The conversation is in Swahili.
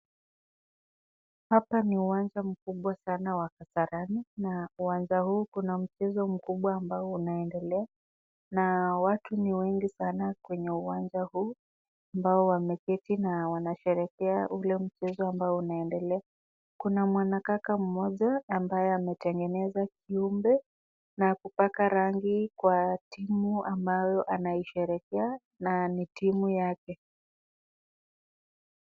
Hapa ni uwanja mkubwa sana wa kasarani na uwanja huu kuna mchezo mkubwa ambao unaondelea na watu ni wengi sana kwenye uwanja huu ambao wameketi na wanasherekea ule mchezo ambao unaendelea kuna mwanakaka mmoja ambaye ametengeneza kiumbe na kupaka rangi kwa timu ambayo anasherekea na ni timu yake.